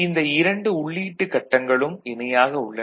இந்த இரண்டு உள்ளீட்டுக் கட்டங்களும் இணையாக உள்ளன